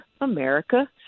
America